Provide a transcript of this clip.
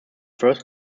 first